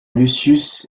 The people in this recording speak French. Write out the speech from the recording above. lucius